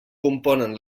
componen